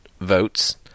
votes